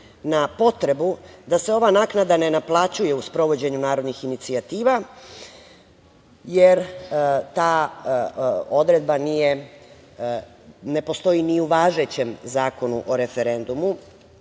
na potrebu da se ova naknada ne naplaćuje u sprovođenju narodnih inicijativa, jer ta odredba ne postoji ni u važećem Zakonu o referendumu